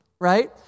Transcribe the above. right